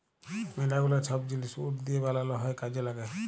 ম্যালা গুলা ছব জিলিস উড দিঁয়ে বালাল হ্যয় কাজে ল্যাগে